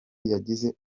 yagize